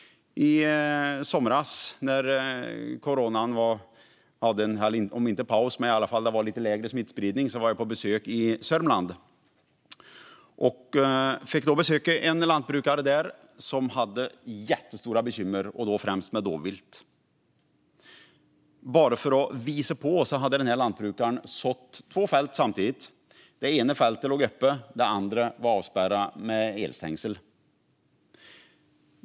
I somras när smittspridningen var lite lägre besökte jag en lantbrukare i Sörmland som hade jättestora bekymmer med främst dovvilt. För att visa detta hade han sått två fält samtidigt. Det ena fältet låg öppet medan det andra var avspärrat med elstängsel.